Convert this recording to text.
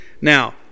Now